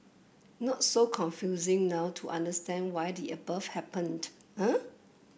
not so confusing now to understand why the above happened eh